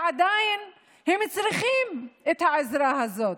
ועדיין הם צריכים את העזרה הזאת.